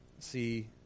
see